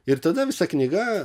ir tada visa knyga